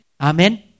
Amen